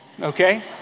okay